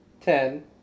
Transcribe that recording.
ten